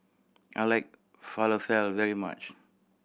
I like Falafel very much